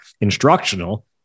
instructional